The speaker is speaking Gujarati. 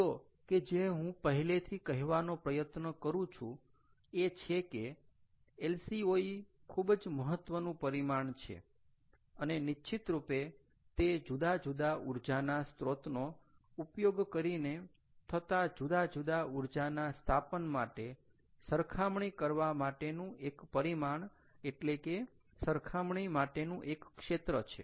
મુદ્દો કે જે હું પહેલેથી કહેવાનો પ્રયત્ન કરું છું એ છે કે LCOE ખૂબ જ મહત્વનું પરિમાણ છે અને નિશ્વિતરૂપે તે જુદા જુદા ઊર્જાના સ્ત્રોતનો ઉપયોગ કરીને થતાં જુદા જુદા ઊર્જાના સ્થાપન માટે સરખામણી કરવા માટેનું એક પરિમાણ એટલે કે સરખામણી માટેનું એક ક્ષેત્ર છે